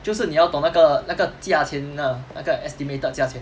就是你要懂那个那个价钱 ah 那个 estimated 价钱